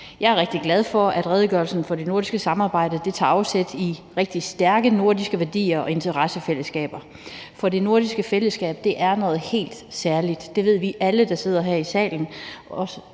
Jeg er rigtig glad for, at redegørelsen for det nordiske samarbejde tager afsæt i rigtig stærke nordiske værdier og interessefællesskaber, for det nordiske fællesskab er noget helt særligt. Det ved vi alle, der sidder her i salen,